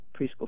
preschool